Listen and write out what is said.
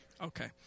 Okay